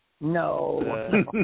No